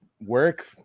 work